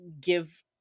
give